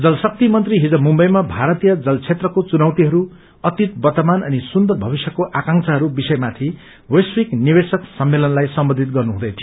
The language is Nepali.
जल शक्ति गंत्री हिज मुम्बईमा भारतीय जल क्षेत्रको चुनौतिहरू अतीत वर्त्तमान अनि सुन्दर भविष्यको आंक्रबाहरू विषय माथि वैश्विक निवेशक सम्मेलनलाई सम्बोधित गर्नु हुँदै थियो